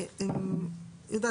יהודה,